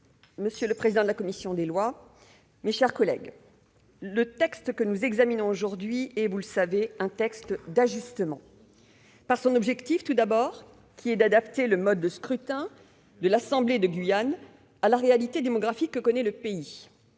Monsieur le président, monsieur le ministre, mes chers collègues, le texte que nous examinons aujourd'hui est, vous le savez, un texte d'ajustement. Il l'est tout d'abord par son objectif : adapter le mode de scrutin de l'assemblée de Guyane à la réalité démographique que connaît le pays.